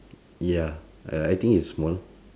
ya err I think is small